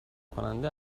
کننده